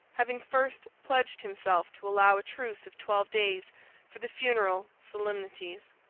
having first pledged himself to allow a truce of twelve days for the funeral solemnities.